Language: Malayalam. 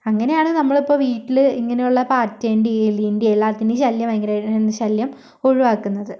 അങ്ങനെയാണ് നമ്മളിപ്പോൾ വീട്ടിൽ ഇങ്ങനെയുള്ള പാറ്റേന്റേയും എലീന്റേയും എല്ലാത്തിന്റേയും ശല്യം ഭയങ്കരമായിട്ടുള്ള ശല്യം ഒഴിവാക്കുന്നത്